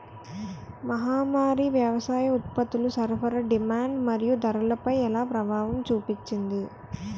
మహమ్మారి వ్యవసాయ ఉత్పత్తుల సరఫరా డిమాండ్ మరియు ధరలపై ఎలా ప్రభావం చూపింది?